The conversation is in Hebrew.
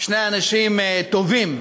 שני אנשים טובים,